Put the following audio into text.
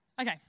Okay